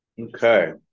Okay